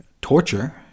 torture